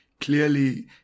Clearly